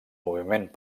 moviment